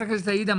חברת הכנסת עאידה,